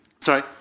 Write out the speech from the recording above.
Sorry